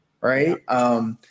right